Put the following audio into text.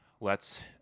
lets